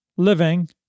living